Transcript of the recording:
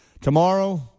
tomorrow